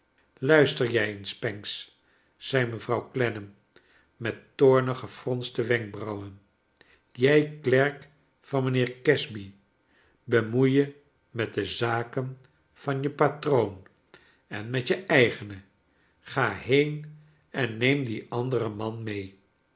luister jij eens pancks zei mevrouw clennam met toornig gefronste wenkbrauwen jij klerk van mijnheer casby bemoei je met de zaken van je patroon en met je eigene ga been en neem dien anderen man mee